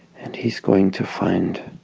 and he's going to find